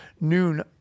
noon